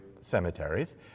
cemeteries